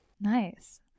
Nice